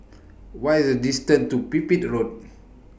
What IS The distance to Pipit Road